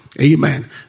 amen